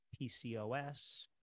PCOS